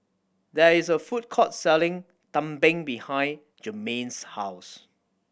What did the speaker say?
there is a food court selling tumpeng behind Germaine's house